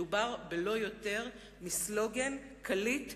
מדובר בלא יותר מסלוגן קליט ושקרי,